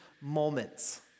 moments